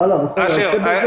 וכל היוצא בזה.